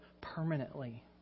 permanently